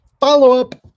Follow-up